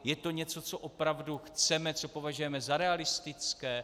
Je to něco, co opravdu chceme, co považujeme za realistické?